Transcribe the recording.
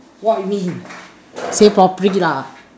what you mean say properly lah